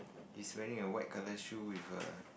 he's wearing a white colour shoe with a